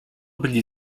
byli